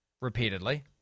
repeatedly